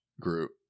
group